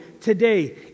today